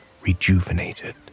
rejuvenated